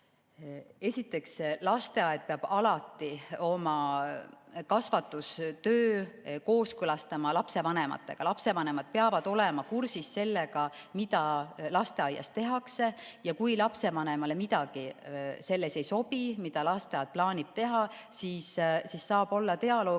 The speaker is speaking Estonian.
Esiteks, lasteaed peab alati oma kasvatustöö kooskõlastama lapsevanematega. Lapsevanemad peavad olema kursis sellega, mida lasteaias tehakse, ja kui lapsevanemale midagi selles ei sobi, mida lasteaed plaanib teha, siis saab pidada dialoogi